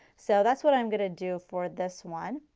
so that's what i am going to do for this one.